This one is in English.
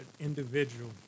individual